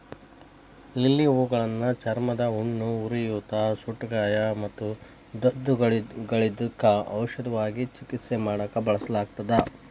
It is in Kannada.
ಲಿಲ್ಲಿ ಹೂಗಳನ್ನ ಚರ್ಮದ ಹುಣ್ಣು, ಉರಿಯೂತ, ಸುಟ್ಟಗಾಯ ಮತ್ತು ದದ್ದುಗಳಿದ್ದಕ್ಕ ಔಷಧವಾಗಿ ಚಿಕಿತ್ಸೆ ಮಾಡಾಕ ಬಳಸಲಾಗುತ್ತದೆ